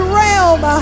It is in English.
realm